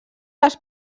les